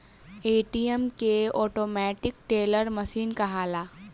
ATM के automatic teller machine कहाला